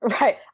right